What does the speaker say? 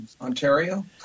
Ontario